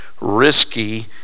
risky